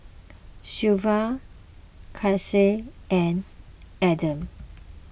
Silvia Casey and Edyth